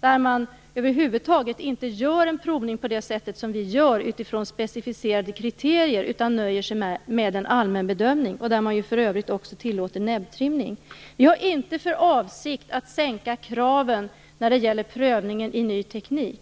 där man över huvud taget inte gör någon prövning på det sätt som vi gör utifrån specificerade kriterier utan nöjer sig med en allmän bedömning, och där man för övrigt också tillåter näbbtrimning. Vi har inte för avsikt att sänka kraven när det gäller prövningen av ny teknik.